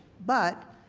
but,